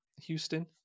Houston